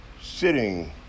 sitting